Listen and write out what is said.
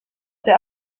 der